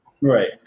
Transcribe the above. Right